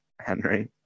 Henry